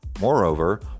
Moreover